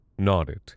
nodded